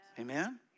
Amen